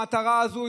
למטרה הזאת,